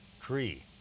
tree